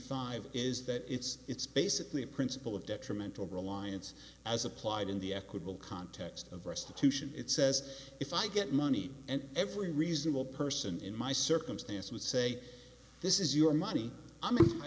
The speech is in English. five is that it's it's basically a principle of detrimental reliance as applied in the equitable context of restitution it says if i get money and every reasonable person in my circumstance would say this is your money i mean i